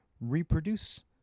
reproduce